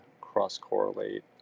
cross-correlate